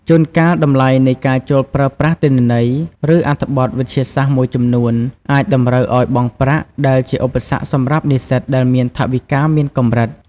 ជួនកាល តម្លៃនៃការចូលប្រើប្រាស់ទិន្នន័យ ឬអត្ថបទវិទ្យាសាស្ត្រមួយចំនួនអាចតម្រូវឱ្យបង់ប្រាក់ ដែលជាឧបសគ្គសម្រាប់និស្សិតដែលមានថវិកាមានកម្រិត។